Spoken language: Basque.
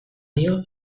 dio